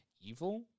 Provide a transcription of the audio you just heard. evil